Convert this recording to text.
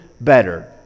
better